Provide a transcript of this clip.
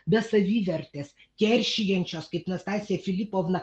be savivertės keršijančios kaip nastasija filipovna